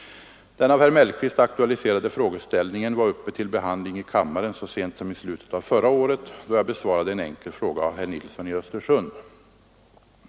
Den av herr Mellqvist aktualiserade frågeställningen var uppe till behandling i kammaren så sent som i slutet av förra året då jag besvarade en enkel fråga av herr Nilsson i Östersund.